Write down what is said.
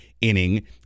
inning